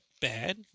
bad